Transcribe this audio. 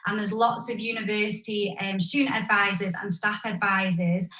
um there's lots of university and student advisers and staff advisers.